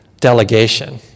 delegation